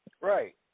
right